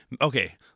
okay